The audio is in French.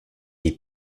est